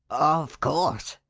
of course,